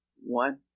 one